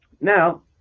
Now